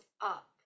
up